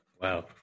Wow